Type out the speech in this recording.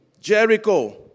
Jericho